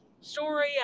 story